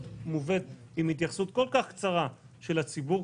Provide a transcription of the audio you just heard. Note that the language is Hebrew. מובאת עם התייחסות כל כך קצרה של הציבור.